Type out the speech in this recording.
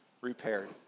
repaired